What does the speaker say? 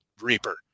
Reaper